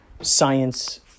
science